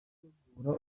gutegura